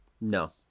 No